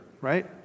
right